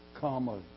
Comma